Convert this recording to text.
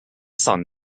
son